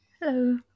Hello